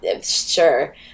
sure